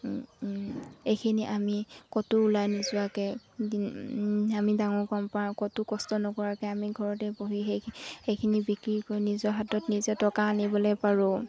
এইখিনি আমি ক'তো ওলাই নোযোৱাকৈ আমি ডাঙৰ গম পাওঁ ক'তো কষ্ট নকৰাকৈ আমি ঘৰতে বহি সেই সেইখিনি বিক্ৰী কৰি নিজৰ হাতত নিজে টকা আনিবলৈ পাৰোঁ